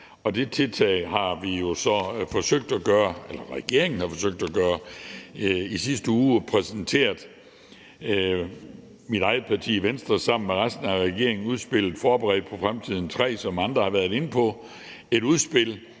og de tiltag har regeringen forsøgt at gøre. I sidste uge præsenterede mit eget parti, Venstre, sammen med resten af regeringen udspillet »Forberedt på fremtiden III«, som andre har været inde på – et udspil,